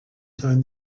time